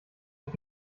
mit